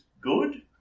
good